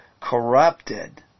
corrupted